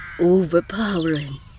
overpowering